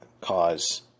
cause